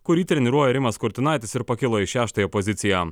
kurį treniruoja rimas kurtinaitis ir pakilo į šeštąją poziciją